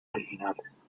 originales